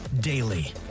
daily